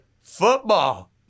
football